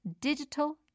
Digital